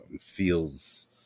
feels